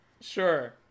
Sure